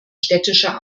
städtischer